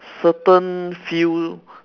certain field